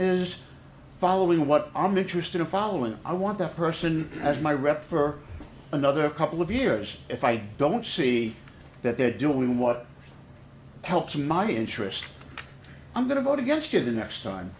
is following what i'm interested in following i want that person as my rep for another couple of years if i don't see that they're doing what it helps my interest i'm going to vote against you the next time